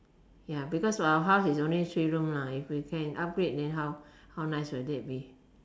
ya because our house is only three room if can upgrade how nice will it be